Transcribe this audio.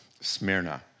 Smyrna